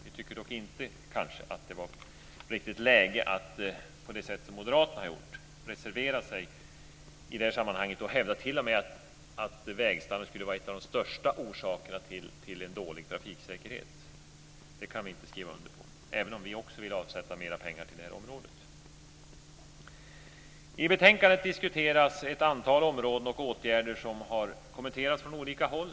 Vi tycker kanske inte att det riktigt är läge att, som Moderaterna, reservera oss i det här sammanhanget och t.o.m. hävda att vägstandarden skulle vara en av de största orsakerna till en dålig trafiksäkerhet. Det kan vi inte skriva under på, även om vi också vill avsätta mer pengar till det här området. I betänkandet diskuteras ett antal områden och åtgärder som har kommenterats från olika håll.